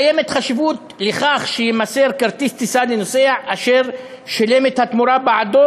קיימת חשיבות לכך שיימסר כרטיס טיסה לנוסע אשר שילם את התמורה בעדו,